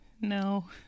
No